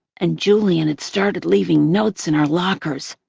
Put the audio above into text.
and julian had started leaving notes in our lockers.